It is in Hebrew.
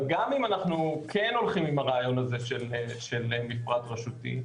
אבל גם אם אנחנו כן הולכים עם הרעיון הזה של מפרט רשותי,